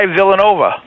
Villanova